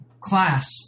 class